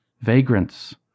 vagrants